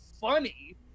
funny